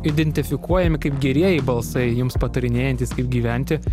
identifikuojami kaip gerieji balsai jums patarinėjantys kaip gyventi